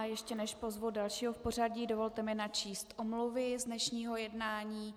Ještě než pozvu dalšího v pořadí, dovolte mi načíst omluvy z dnešního jednání.